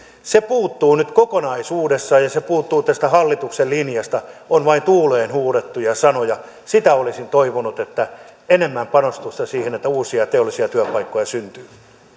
se puuttuu nyt kokonaisuudessaan ja se puuttuu tästä hallituksen linjasta on vain tuuleen huudettuja sanoja sitä olisin toivonut että olisi enemmän panostusta siihen että uusia teollisia työpaikkoja syntyy